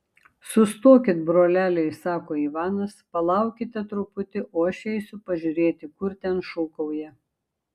sustokit broleliai sako ivanas palaukite truputį o aš eisiu pažiūrėti kur ten šūkauja